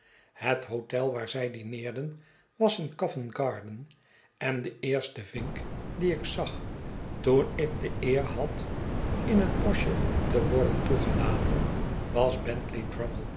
het hotel waar zij dineerden was in go vent gar den en de eerste yink dien ik zag toen ik de eer had in het boschje te worden toegelaten was bentley